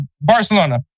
Barcelona